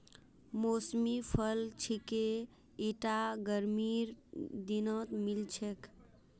मौसमी फल छिके ईटा गर्मीर दिनत मिल छेक